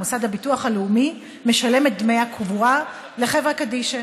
המוסד לביטוח לאומי משלם את דמי הקבורה לחברה קדישא.